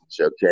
okay